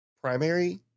Primary